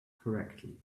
correctly